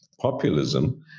populism